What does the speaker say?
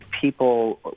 People